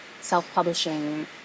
self-publishing